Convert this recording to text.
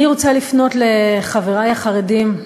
אני רוצה לפנות לחברי החרדים,